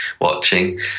watching